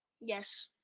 Yes